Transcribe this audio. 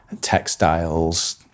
textiles